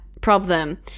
problem